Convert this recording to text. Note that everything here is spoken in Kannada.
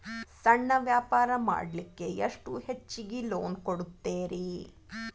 ಸಣ್ಣ ವ್ಯಾಪಾರ ಮಾಡ್ಲಿಕ್ಕೆ ಎಷ್ಟು ಹೆಚ್ಚಿಗಿ ಲೋನ್ ಕೊಡುತ್ತೇರಿ?